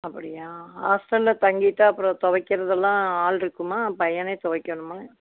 அப்படியா ஹாஸ்ட்டல தங்கிட்டு அப்புறோம் துவைக்கிறதெல்லாம் ஆள் இருக்குமா பையனே துவைக்கணுமா